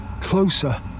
Closer